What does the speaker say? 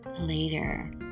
later